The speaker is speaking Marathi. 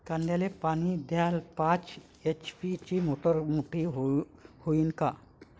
कांद्याले पानी द्याले पाच एच.पी ची मोटार मोटी व्हईन का?